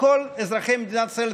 וגם אזרחי מדינת ישראל,